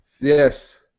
Yes